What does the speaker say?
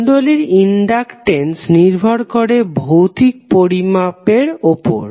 কুণ্ডলীর ইনডাকটেন্স নির্ভর করে ভৌতিক পরিমাপের উপর